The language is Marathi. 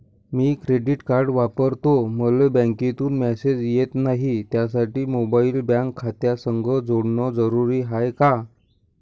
मी डेबिट कार्ड वापरतो मले बँकेतून मॅसेज येत नाही, त्यासाठी मोबाईल बँक खात्यासंग जोडनं जरुरी हाय का?